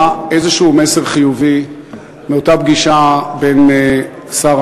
בא איזשהו מסר חיובי מאותה פגישה בין שר